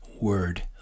word